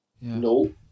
No